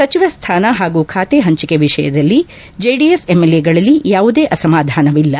ಸಚಿವ ಸ್ಥಾನ ಹಾಗೂ ಖಾತೆ ಪಂಚಿಕೆ ವಿಷಯದಲ್ಲಿ ಜೆಡಿಎಸ್ ಎಂಎಲ್ಎಗಳಲ್ಲಿ ಯಾವುದೇ ಅಸಮಧಾನವಿಲ್ಲ